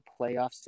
playoffs